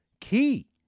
key